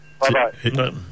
Bye-bye